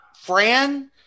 Fran